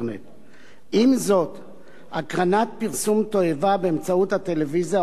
הקרנת פרסום תועבה באמצעות הטלוויזיה או האינטרנט אסורה כבר היום,